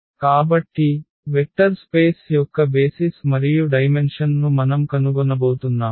కాబట్టి vector space యొక్క basis మరియు డైమెన్షన్ ను మనం కనుగొనబోతున్నాం